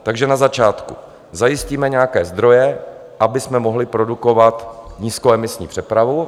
Takže na začátku zajistíme nějaké zdroje, abychom mohli produkovat nízkoemisní přepravu.